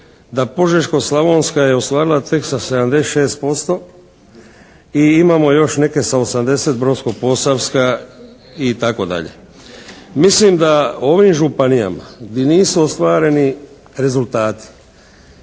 da Požeško-slavonska je ostvarila tek sa 76% i imamo još neke sa 80, Brodsko-posavska itd. Mislim da ovim županijama gdje nisu ostvareni rezultati